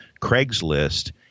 Craigslist